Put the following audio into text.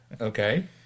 Okay